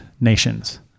nations